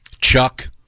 Chuck